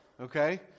Okay